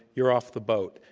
you're off the boat.